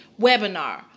webinar